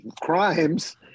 crimes